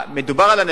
מדובר על אנשים,